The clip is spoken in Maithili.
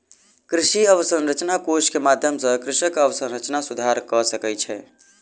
कृषि अवसंरचना कोष के माध्यम सॅ कृषक अवसंरचना सुधार कय सकै छै